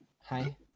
Hi